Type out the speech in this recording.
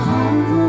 Home